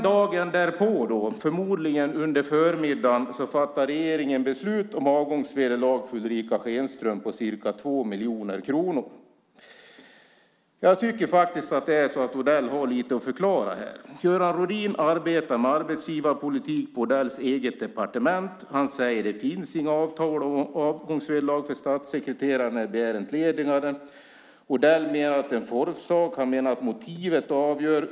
Dagen därpå, förmodligen under förmiddagen, fattar regeringen beslut om avgångsvederlag för Ulrica Schenström på ca 2 miljoner kronor. Jag tycker faktiskt att Odell har lite att förklara här. Göran Rodin arbetar med arbetsgivarpolitik på Odells eget departement. Han säger: Det finns inga avtal om avgångsvederlag för statssekreterare när de begär entlediganden. Odell menar att det är en formsak. Han menar att motivet avgör.